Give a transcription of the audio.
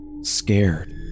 Scared